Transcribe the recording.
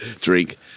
Drink